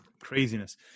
craziness